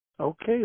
Okay